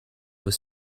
were